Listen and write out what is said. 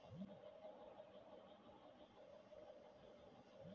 మాములుగా ఐతే మన పార్కుల్లో దేశవాళీ మొక్కల్నే నాటేవాళ్ళు